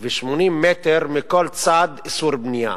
ו-80 מטר מכל צד איסור בנייה.